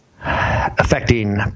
affecting